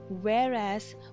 whereas